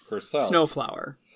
Snowflower